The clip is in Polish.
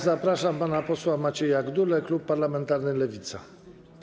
Zapraszam pana posła Macieja Gdulę, klub parlamentarny Lewica.